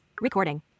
Recording